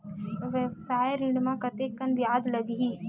व्यवसाय ऋण म कतेकन ब्याज लगही?